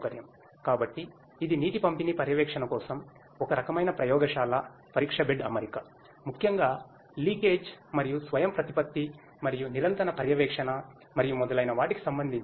కాబట్టి ఇది నీటి పంపిణీ పర్యవేక్షణ కోసం ఒక రకమైన ప్రయొగశాల పరీక్ష బెడ్ అమరిక ముఖ్యంగా లీకేజ్ మరియు స్వయంప్రతిపత్తి మరియు నిరంతర పర్యవేక్షణ మరియు మొదలైన వాటికి సంబంధించి